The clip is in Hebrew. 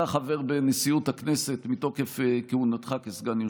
אתה חבר בנשיאות הכנסת מתוקף כהונתך כסגן יושב-ראש.